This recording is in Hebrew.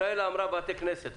ישראלה אמרה בתי כנסת,